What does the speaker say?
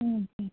okay